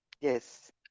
Yes